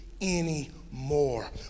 anymore